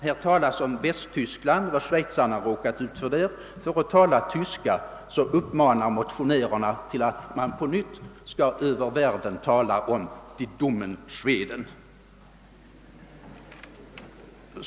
Här talas om vad schweizarna råkat ut för i Västtyskland. För att tala tyska, uppmanar motionärerna till att man på nytt skall världen över tala om »die dummen Schweden».